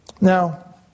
Now